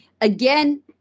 again